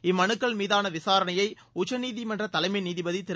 இம்மனுக்கள் மீதான விசாரணையை உச்சநீதிமன்ற தலைமை நீதிபதி திரு